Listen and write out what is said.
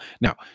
Now